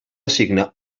assigna